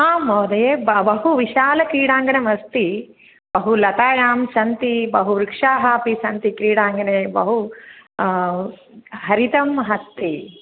आं महोदये बहु विशालक्रीडाङ्गणमस्ति बहुलताः सन्ति बहुवृक्षाः अपि सन्ति क्रीडाङ्गणे बहु हरितम् अस्ति